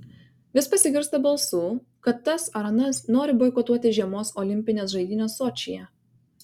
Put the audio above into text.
vis pasigirsta balsų kad tas ar anas nori boikotuoti žiemos olimpines žaidynes sočyje